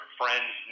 friends